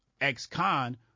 ex-con